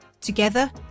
Together